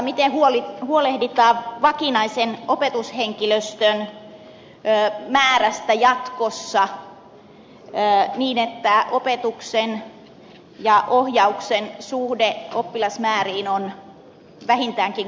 toisaalta miten huolehditaan vakinaisen opetushenkilöstön määrästä jatkossa niin että opetuksen ja ohjauksen suhde oppilasmääriin on vähintäänkin kohtuullinen